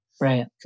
right